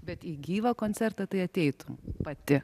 bet į gyvą koncertą tai ateitum pati